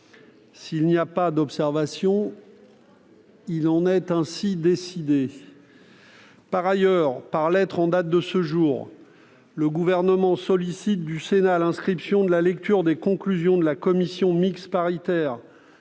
Y a-t-il des observations ?... Il en est ainsi décidé. Par ailleurs, par lettre en date de ce jour, le Gouvernement sollicite du Sénat l'inscription de la lecture des conclusions de la commission mixte paritaire